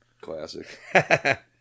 classic